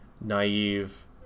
naive